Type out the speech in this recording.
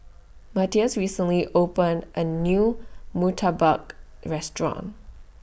Matthias recently opened A New Murtabak Restaurant